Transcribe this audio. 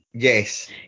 yes